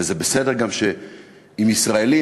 וזה גם בסדר שאם ישראלים,